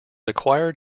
acquired